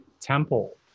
temple